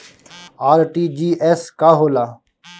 RTGS का होला?